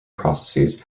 processes